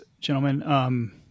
gentlemen –